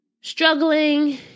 struggling